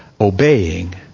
obeying